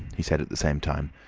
he said at the same time,